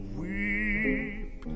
weep